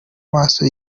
maso